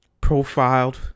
profiled